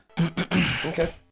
Okay